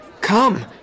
Come